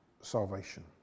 salvation